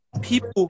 people